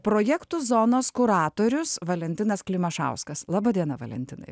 projektų zonos kuratorius valentinas klimašauskas laba diena valentinai